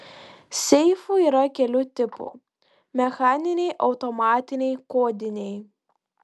seifų yra kelių tipų mechaniniai automatiniai kodiniai